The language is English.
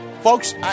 Folks